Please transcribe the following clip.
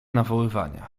nawoływania